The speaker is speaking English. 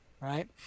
right